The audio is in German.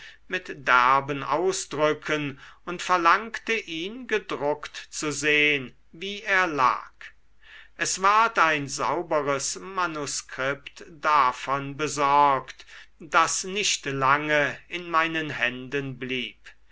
mit derben ausdrücken und verlangte ihn gedruckt zu sehn wie er lag es ward ein sauberes manuskript davon besorgt das nicht lange in meinen händen blieb